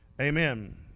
amen